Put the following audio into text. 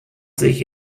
sich